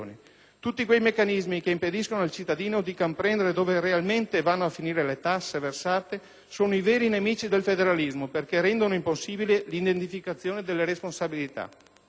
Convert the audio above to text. Tutti quei meccanismi che impediscono al cittadino di comprendere dove realmente vanno a finire le tasse versate sono i veri nemici del federalismo perché rendono impossibile l'identificazione delle responsabilità!